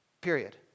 Period